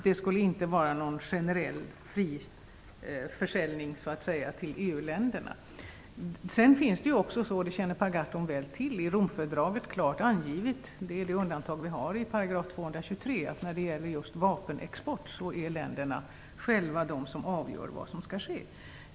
Det skulle inte vara någon generell fri försäljning, så att säga, till EU-länderna. Det finns också, det känner Per Gahrton väl till, i Romfördraget klart angivet - det är det undantag vi har i 223 §- att när det gäller just vapenexport är det länderna själva som avgör vad som skall ske.